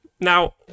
Now